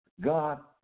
God